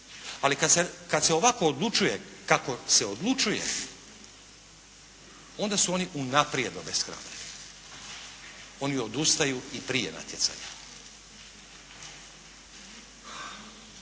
Ali, kad se ovako odlučuje kako se odlučuje, onda su oni unaprijed obeshrabreni, oni odustaju i prije natjecanja.